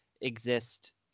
exist